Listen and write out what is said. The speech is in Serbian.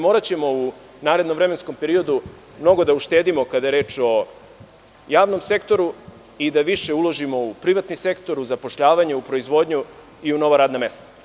Moraćemo u narednom vremenskom periodu mnogo da uštedimo kada je reč o javnom sektoru i da više uložimo u privatni sektor, u zapošljavanje, u proizvodnju i u nova radna mesta.